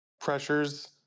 pressures